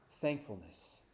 thankfulness